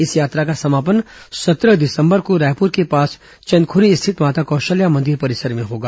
इस यात्रा का समापन सत्रह दिसंबर को रायपुर के पास चंदखुरी स्थित माता कौशल्या मंदिर परिसर में होगा